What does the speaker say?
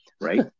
right